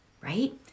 right